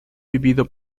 vivido